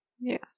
Yes